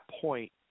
point